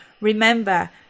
Remember